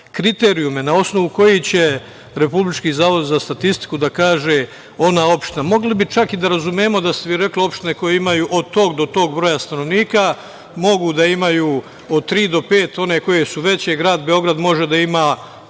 kriterijume na osnovu koji će Republički zavod za statistiku da kaže ona opšta. Mogli bi čak i da razumeo da opštine koje imaju od tog do tog broj stanovnika mogu da imaju od tri do pet, one koje su veće, grad Beograd može da ima